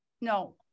no